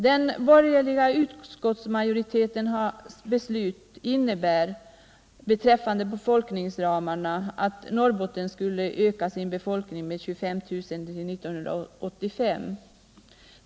Den borgerliga utskottsmajoritetens beslut innebär beträffande befolkningsramarna att Norrbotten skulle öka sin befolkning med 25 000 till 1985.